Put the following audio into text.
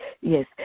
Yes